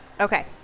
Okay